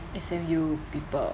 S_M_U people